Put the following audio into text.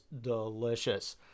delicious